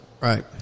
Right